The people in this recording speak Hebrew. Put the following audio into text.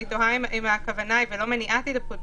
אני תוהה אם הכוונה היא לא למניעת הידבקות.